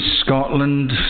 Scotland